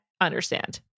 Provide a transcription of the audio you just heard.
understand